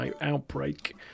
outbreak